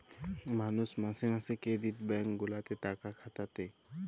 মালুষ মাসে মাসে ক্রেডিট ব্যাঙ্ক গুলাতে টাকা খাটাতে